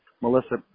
Melissa